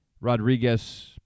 Rodriguez